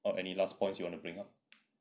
or any last points you wanna bring up